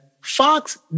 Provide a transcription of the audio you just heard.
Fox